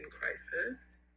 crisis